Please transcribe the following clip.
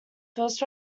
first